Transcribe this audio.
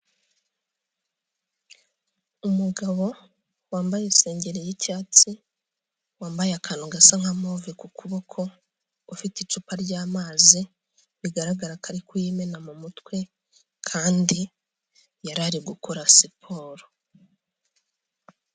Umugabo wambaye isengeri y'icyatsi, wambaye akantu gasa nka move ku kuboko, ufite icupa ry'amazi bigaragara ko ari kuyimena mu mutwe kandi yarari gukora siporo.